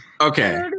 Okay